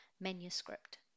manuscript